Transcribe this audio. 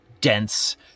dense